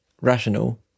rational